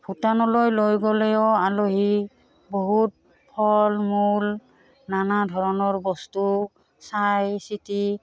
ভূটানলৈ লৈ গ'লেও আলহী বহুত ফল মূল নানা ধৰণৰ বস্তু চাই চিটি